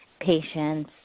patients